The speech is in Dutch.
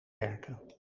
werken